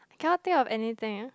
I cannot think of anything eh